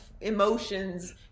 emotions